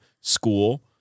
school